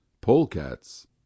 pole-cats